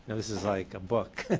this is like a book.